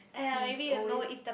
!aiya! maybe you know is the